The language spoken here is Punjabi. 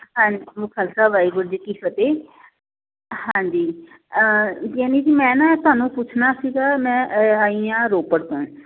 ਹਾਂ ਖਾਲਸਾ ਵਾਹਿਗੁਰੂ ਜੀ ਕੀ ਫਤਿਹ ਹਾਂਜੀ ਯਾਨੀ ਕਿ ਮੈਂ ਨਾ ਤੁਹਾਨੂੰ ਪੁੱਛਣਾ ਸੀਗਾ ਮੈਂ ਆਈ ਹਾਂ ਰੋਪੜ ਤੋਂ